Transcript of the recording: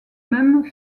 mêmes